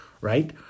right